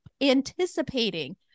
anticipating